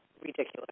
ridiculous